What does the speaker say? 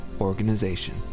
organization